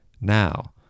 Now